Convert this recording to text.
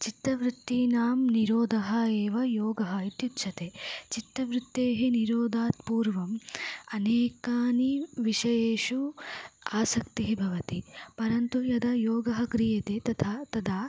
चित्तवृत्तीनां निरोधः एव योगः इत्युच्यते चित्तवृत्तेः निरोधात् पूर्वम् अनेकानि विषयेषु आसक्तिः भवति परन्तु यदा योगः क्रियते तथा तदा